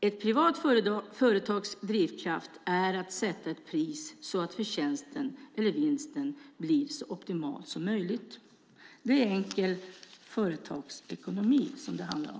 Ett privat företags drivkraft är att sätta ett pris så att förtjänsten eller vinsten blir så optimal som möjligt. Det är enkel företagsekonomi som det handlar om.